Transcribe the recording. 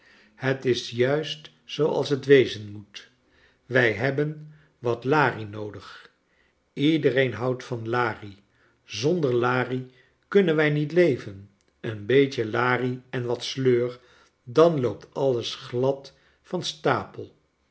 het is juist zooals het wezen moet wij hebben wat larie noodig iedereen houdt van larie zonder larie kunnen wij niet leven een beetje larie en wat sleur dan loopt alles glad van stapel